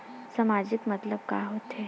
सामाजिक मतलब का होथे?